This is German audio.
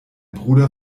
bruder